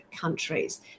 countries